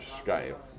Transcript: scale